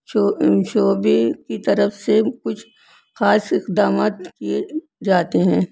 ان شعبے کی طرف سے کچھ خاص اقدامات کیے جاتے ہیں